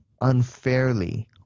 unfairly